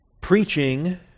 preaching